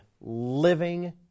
living